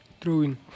throwing